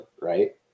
right